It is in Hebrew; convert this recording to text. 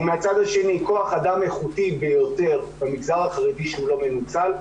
ומהצד השני כוח אדם איכותי ביותר במגזר החרדי שהוא לא מנוצל,